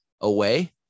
away